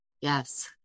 Yes